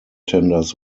tenders